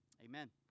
Amen